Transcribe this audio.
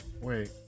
Wait